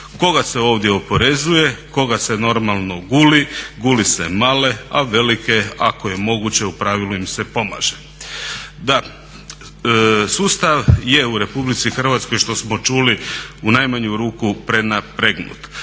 Koga se ovdje oporezuje, koga se normalno guli? Guli se male a velike ako je moguće u pravilu im se pomaže. Da, sustav je u RH što smo čuli u najmanju ruku prenapregnut.